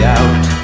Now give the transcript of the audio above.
out